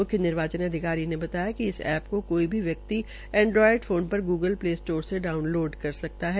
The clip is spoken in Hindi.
मुख्य निर्वाचन अधिकारी ने बताया कि इस ऐप को कोई भी व्यक्ति एंड्रायड फोन पर ग्गल प्ले स्टोर से डॉऊनलोड कर सकता हैं